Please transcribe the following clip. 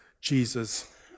Jesus